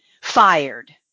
Fired